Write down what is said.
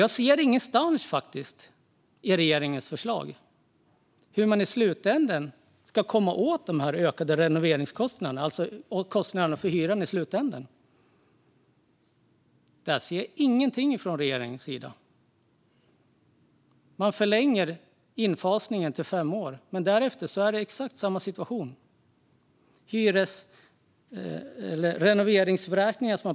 Jag ser ingenstans i regeringens förslag hur man i slutändan ska komma åt de ökade renoveringskostnaderna, det vill säga hyreskostnaden. Jag ser ingenting från regeringens sida. Man förlänger infasningen till fem år, men därefter är det exakt samma situation.